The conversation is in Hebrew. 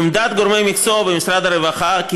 עמדת גורמי מקצוע במשרד הרווחה היא כי